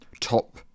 top